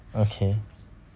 stupid